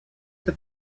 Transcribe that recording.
that